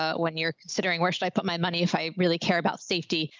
ah when you're considering, where should i put my money? if i really care about safety,